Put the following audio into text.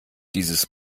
dieses